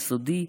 יסודי?